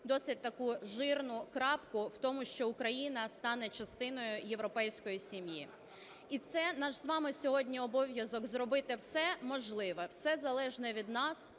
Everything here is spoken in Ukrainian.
досить таку жирну крапку в тому, що Україна стане частиною європейської сім'ї. І це наш з вами сьогодні обов'язок - зробити все можливе, все залежне від нас,